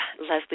Leslie